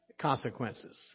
consequences